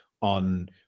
on